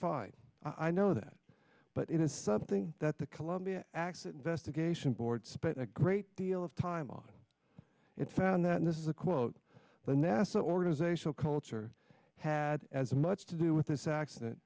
find i know that but it is something that the columbia accident investigation board spent a great deal of time it found that this is a quote the nasa organizational culture had as much to do with this accident